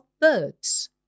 birds